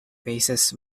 paces